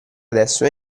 adesso